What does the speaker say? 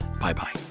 Bye-bye